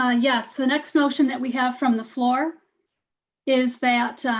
ah yes. the next motion that we have from the floor is that